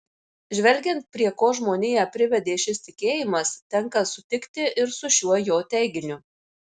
žvelgiant prie ko žmoniją privedė šis tikėjimas tenka sutikti ir su šiuo jo teiginiu